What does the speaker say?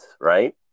right